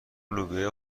لوبیا